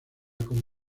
con